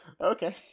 okay